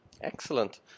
Excellent